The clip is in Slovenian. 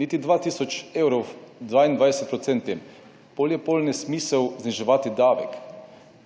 niti 2 tisoč evrov 22 procentom pol je pol nesmisel zniževati davek.